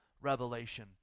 Revelation